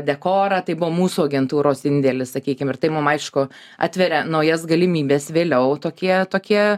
dekorą tai buvo mūsų agentūros indėlis sakykim ir tai mum aišku atveria naujas galimybes vėliau tokie tokie